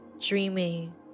dreaming